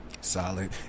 Solid